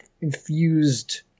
infused